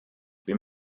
bin